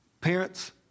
Parents